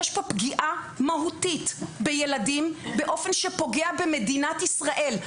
יש פה פגיעה מהותית בילדים באופן שפוגע במדינת ישראל,